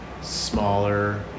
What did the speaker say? smaller